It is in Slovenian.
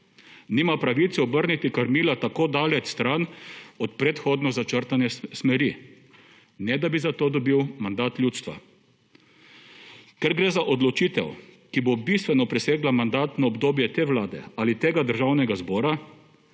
nima pravice obrniti krmila tako daleč stran od predhodno začrtane smeri, ne da bi zato dobil mandat ljudstva. Ker gre za odločitev, ki bo bistveno presegla mandatno obdobje te Vlade ali tega Državnega zbora,